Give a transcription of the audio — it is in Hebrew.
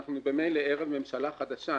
אנחנו ממילא ערב ממשלה חדשה,